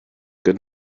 good